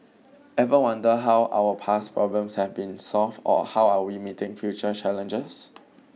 ever wonder how our past problems have been solved or how we are meeting future challenges